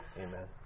Amen